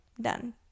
done